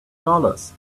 dollars